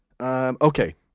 Okay